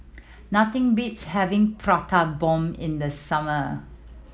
nothing beats having Prata Bomb in the summer